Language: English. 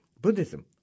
Buddhism